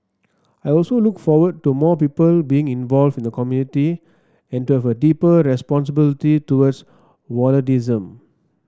I also look forward to more people being involved in the community and to have a deeper responsibility towards volunteerism